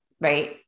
Right